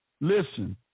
Listen